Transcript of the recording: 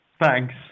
Thanks